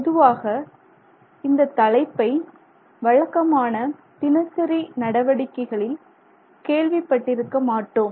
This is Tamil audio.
பொதுவாக இந்த தலைப்பை வழக்கமான தினசரி நடவடிக்கைகளில் கேள்விப்பட்டிருக்க மாட்டோம்